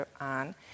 on